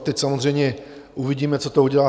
Teď samozřejmě uvidíme, co to udělá.